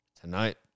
Tonight